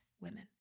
women